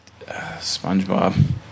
SpongeBob